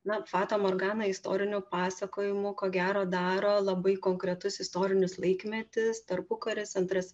na fatą morganą istoriniu pasakojimu ko gero daro labai konkretus istorinis laikmetis tarpukaris antras